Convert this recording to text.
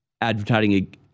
Advertising